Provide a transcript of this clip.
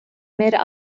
mehr